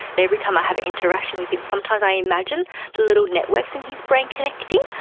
every time i have an interaction with him sometimes i imagine the little networks in his brain connecting,